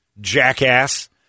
jackass